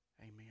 Amen